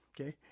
okay